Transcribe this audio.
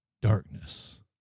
darkness